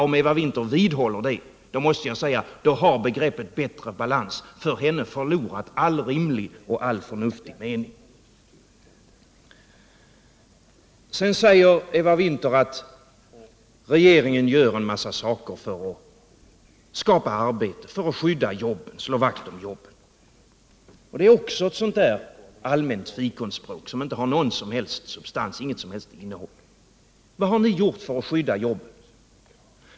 Om Eva Winther vidhåller det måste jag säga att begreppet balans för henne har förlorat all rimlig och all förnuftig mening. Sedan säger Eva Winther att regeringen gör en mängd saker för att skapa arbete, för att slå vakt om jobben. Det är också ett allmänt fikonspråk som inte har någon som helst substans, något som helst innehåll. Vad har ni gjort för att skydda jobben?